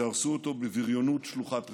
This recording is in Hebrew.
שהרסו אותו בבריונות שלוחת רסן.